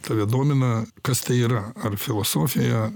tave domina kas tai yra ar filosofija